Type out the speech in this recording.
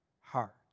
heart